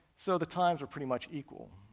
so the times were pretty much equal.